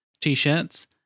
T-shirts